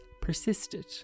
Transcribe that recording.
persisted